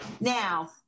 Now